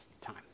time